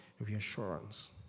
Reassurance